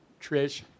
Trish